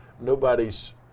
Nobody's